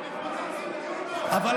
אתם לא מבינים כלום.